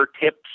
tips